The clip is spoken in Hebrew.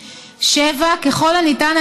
7. ככל הניתן,